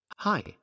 Hi